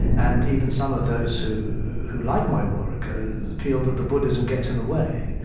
and even some of those who who like my work feel that the buddhism gets in the way.